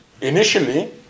initially